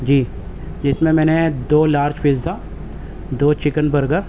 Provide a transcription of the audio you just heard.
جی جس میں میں نے دو لارج پزا دو چکن برگر